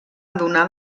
adonar